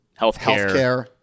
Healthcare